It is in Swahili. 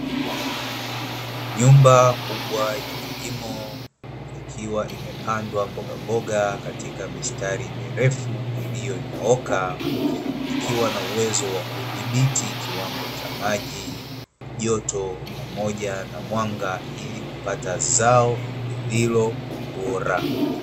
Nyumba kubwa ya kilimo ikiwa imepandwa mbogamboga katika mistari mirefu iliyonyooka, ikiwa na uwezo wa kudhibiti kiwango cha maji, joto, pamoja na mwanga, ili kupata zao lililo bora.